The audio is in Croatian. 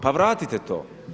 Pa vratite to.